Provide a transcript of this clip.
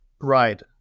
Right